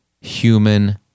human